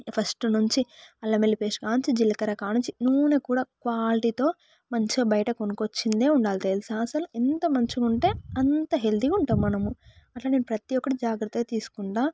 first నుంచి అల్లం వెల్లుల్లి పేస్ట్ కాడ నుంచి జీలకర్ర కాడ నుంచి నూనె కూడా క్వాలిటీతో మంచిగా బయట కొనుకొచ్చింది ఉండాలి తెలుసా అసలు ఎంత మంచిగా ఉంటే అంత హెల్తీగా ఉంటాం మనము అట్ల నేను ప్రతి ఒక్కటి జాగ్రత్తలు తీసుకుంటు